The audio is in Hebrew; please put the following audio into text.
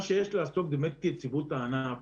מה שיש לעסוק בו זה ביציבות הענף,